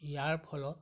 ইয়াৰ ফলত